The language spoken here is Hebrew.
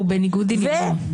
הוא בניגוד עניינים.